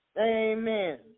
Amen